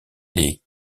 les